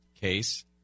case